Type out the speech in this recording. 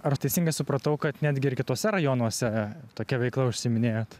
ar teisingai supratau kad netgi ir kituose rajonuose tokia veikla užsiiminėjot